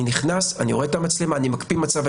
אני נכנס, אני רואה את המצלמה, אני מקפיא מצב.